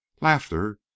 laughter